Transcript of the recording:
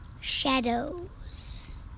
shadows